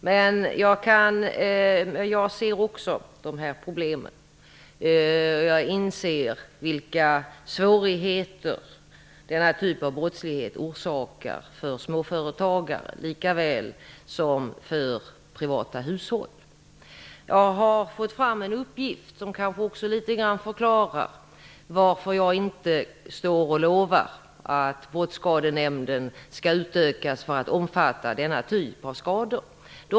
Men jag inser problemen, och jag inser vilka svårigheter den här typen av brottslighet orsakar för småföretagare, likaväl som för privata hushåll Jag har fått fram en uppgift som kanske något förklarar varför jag inte nu lovar att Brottskadenämnden skall utökas för att omfatta denna typ av skador.